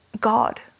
God